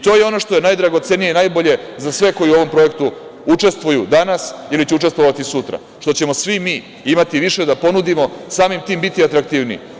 To je ono što je najdragocenije i najbolje za sve koji u ovom projektu učestvuju danas, ili će učestvovati sutra, što ćemo svi mi imati više da ponudimo i samim ti biti atraktivniji.